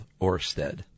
Orsted